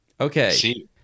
okay